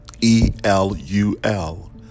E-L-U-L